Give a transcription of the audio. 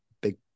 big